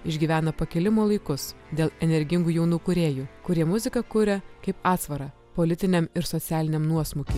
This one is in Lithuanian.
išgyvena pakilimo laikus dėl energingų jaunų kūrėjų kurie muziką kuria kaip atsvarą politiniam ir socialiniam nuosmukiui